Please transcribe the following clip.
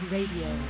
Radio